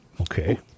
Okay